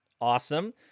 awesome